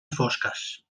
fosques